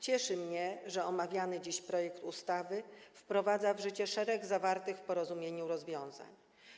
Cieszy mnie, że omawiany dziś projekt ustawy wprowadza w życie szereg zawartych w porozumieniu rozwiązań.